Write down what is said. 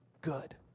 good